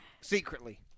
Secretly